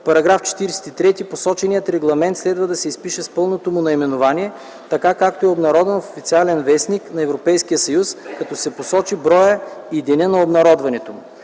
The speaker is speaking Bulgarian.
В § 43 посоченият регламент следва да се изпише с пълното му наименование, така както е обнародван в „Официален вестник” на Европейския съюз, като се посочи броят и денят на обнародването му.